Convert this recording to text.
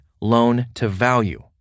loan-to-value